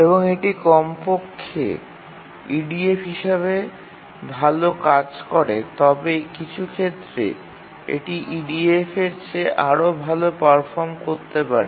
এবং এটি কমপক্ষে EDF হিসাবে ভাল কাজ করে তবে কিছু ক্ষেত্রে এটি EDF এর চেয়ে আরও ভাল পারফর্ম করতে পারে